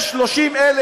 יש 30%,